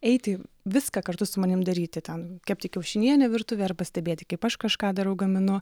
eiti viską kartu su manim daryti ten kepti kiaušinienę virtuvėje arba stebėti kaip aš kažką darau gaminu